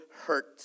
hurt